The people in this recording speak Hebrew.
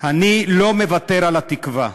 אני לא מוותר על התקווה.